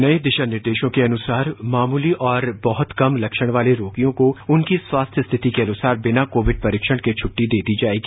नए दिशा निर्देशों के अनुसार मामूली और बहुत कम लक्षण वाले रोगियों को उनके स्वास्थ्य की स्थिति के अनुसार बिना कोविड परीक्षण के छुट्टी दे दी जाएगी